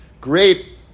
great